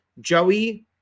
Joey